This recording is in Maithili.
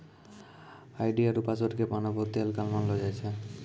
आई.डी आरु पासवर्ड के पाना बहुते हल्का मानलौ जाय छै